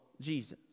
Jesus